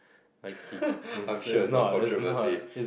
I'm sure it's not called